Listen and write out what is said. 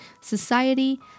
society